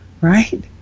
right